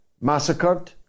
massacred